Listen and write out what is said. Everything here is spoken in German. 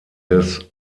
des